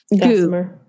goo